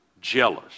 jealous